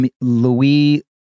Louis